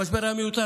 המשבר היה מיותר,